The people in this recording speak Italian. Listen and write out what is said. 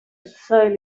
assai